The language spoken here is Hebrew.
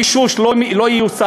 המישוש, לא יושם.